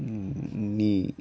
knee